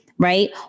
Right